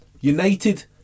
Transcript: United